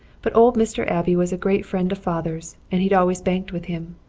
but old mr. abbey was a great friend of father's and he'd always banked with him.